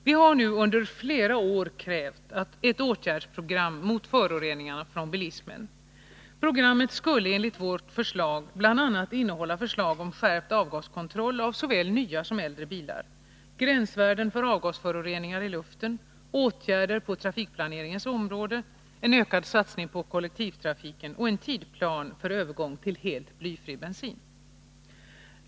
Vi har nu under flera år krävt ett åtgärdsprogram mot föroreningarna från bilismen. Programmet skulle enligt vårt förslag bl.a. innehålla förslag om skärpt avgaskontroll av såväl nya som äldre bilar, gränsvärden för avgasföroreningar i luften, åtgärder på trafikplaneringens område, ökad satsning på kollektivtrafiken och en tidsplan för övergång till helt blyfri bensin.